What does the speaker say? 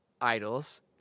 idols